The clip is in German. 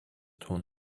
tun